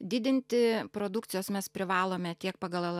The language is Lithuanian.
didinti produkcijos mes privalome tiek pagal